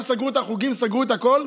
היום סגרו את החוגים, סגרו את הכול,